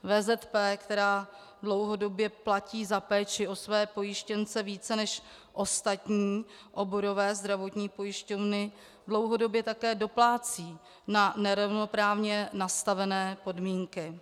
VZP, která dlouhodobě platí za péči o své pojištěnce více než ostatní oborové zdravotní pojišťovny, dlouhodobě také doplácí na nerovnoprávně nastavené podmínky.